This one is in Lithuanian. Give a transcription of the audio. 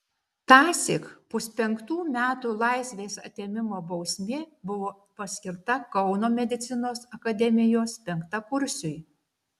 tąsyk puspenktų metų laisvės atėmimo bausmė buvo paskirta kauno medicinos akademijos penktakursiui